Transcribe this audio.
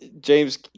James